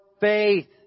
faith